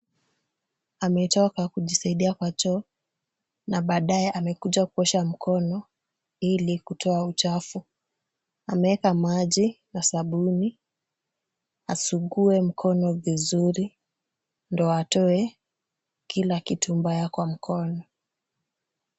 Ametoka kujisaidia kwa choo, na baadaye amekuja kuosha mkono ili kutoa uchafu. Ameweka maji na sabuni, asugue mkono vizuri, ndio atoe kila kitu mbaya kwa mkono.